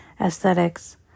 aesthetics